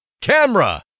Camera